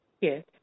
Yes